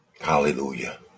Hallelujah